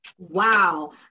Wow